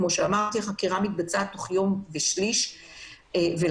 כפי שתיארתי החקירה מתבצעת תוך יום ושליש ולכן